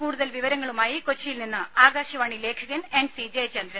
കൂടുതൽ വിവരങ്ങളുമായി കൊച്ചിയിൽ നിന്ന് ആകാശവാണി ലേഖകൻ എൻ സി ജയചന്ദ്രൻ